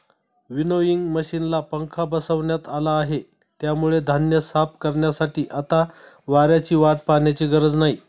winnowing मशिनला पंखा बसवण्यात आला आहे, त्यामुळे धान्य साफ करण्यासाठी आता वाऱ्याची वाट पाहण्याची गरज नाही